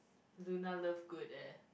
Luna-Lovegood leh